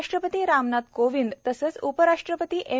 राष्ट्रपती रामनाथ कोविंद तसंच उपराष्ट्रपती एम